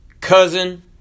cousin